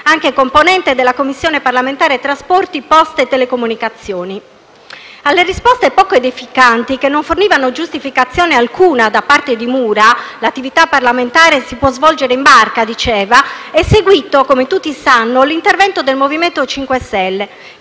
anche componente della Commissione parlamentare trasporti, poste e telecomunicazioni. Alle risposte poco edificanti che non fornivano giustificazione alcuna da parte di Mura («L'attività parlamentare si può svolgere in barca», diceva), è seguito, come tutti sanno, l'intervento del MoVimento 5